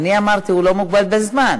אני אמרתי, הוא לא מוגבל בזמן.